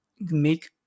make